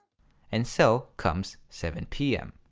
and so comes seven pm.